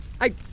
I-